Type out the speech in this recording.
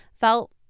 felt